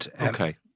Okay